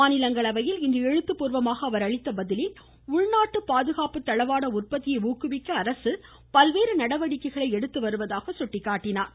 மாநிலங்களவையில் இன்று எழுத்து பூர்வமாக அவர் அளித்த பதிலில் உள்நாட்டு பாதுகாப்பு தளவாட உற்பத்தியை ஊக்குவிக்க அரசு பல்வேறு நடவடிக்கைகளை எடுத்து வருவதாக கூறினா்